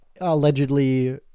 allegedly